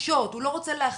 להקשות, הוא לא רוצה להכביד.